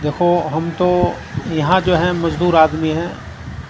دیکھو ہم تو یہاں جو ہے مزدور آدمی ہیں